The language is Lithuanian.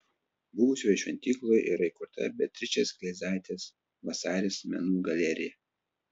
buvusioje šventykloje yra įkurta beatričės kleizaitės vasaris menų galerija